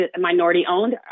minority-owned